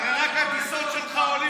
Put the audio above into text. הרי רק הטיסות שלך עולות כמו שני מטוסים.